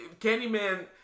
Candyman